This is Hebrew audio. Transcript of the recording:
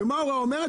ומה ההוראה אומרת?